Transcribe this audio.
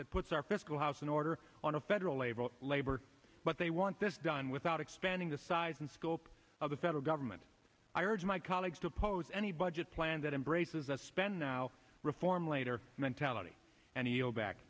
that puts our fiscal house in order on a federal level labor what they want this done without expanding the size and scope of the federal government i urge my colleagues to oppose any budget plan that embraces a spend now reform later mentality and he'll back